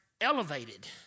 elevated